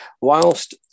whilst